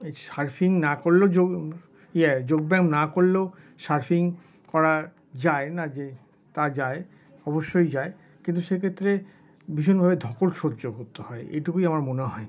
surfing না করলেও যোগ যোগব্যায়াম না করলেও সার্ফিং করা যায় না যে তা যায় অবশ্যই যায় কিন্তু সে ক্ষেত্রে ভীষণভাবে ধকল সহ্য করতে হয় এটুকুই আমার মনে হয়